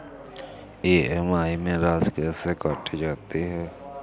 EMI में राशि कैसे काटी जाती है?